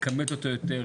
לכמת אותו יותר.